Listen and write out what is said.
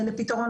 אני מכיר את